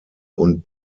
und